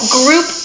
group